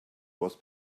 was